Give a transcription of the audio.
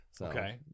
okay